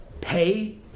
Pay